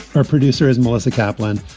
our producer is melissa kaplan.